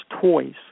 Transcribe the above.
toys